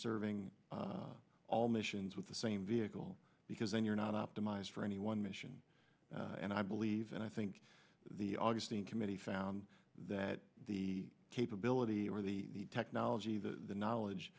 serving all missions with the same vehicle because then you're not optimized for any one mission and i believe and i think the augustine committee found that the capability or the technology the knowledge